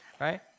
Right